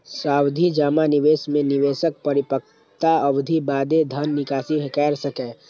सावधि जमा निवेश मे निवेशक परिपक्वता अवधिक बादे धन निकासी कैर सकैए